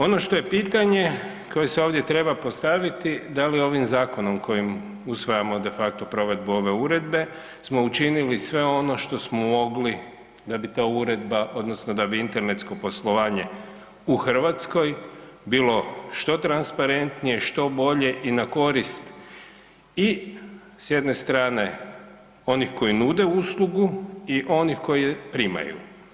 Ono što je pitanje koje se ovdje treba postaviti, da li ovim zakonom kojim usvajamo de facto provedbu ove uredbe smo učinili sve ono što smo mogli da bi ta uredba odnosno da bi internetsko poslovanje u Hrvatskoj bilo što transparentnije, što bolje i na korist i s jedne strane onih koji nude uslugu i onih koji je primaju.